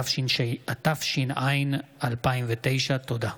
התש"ע 2009. תודה.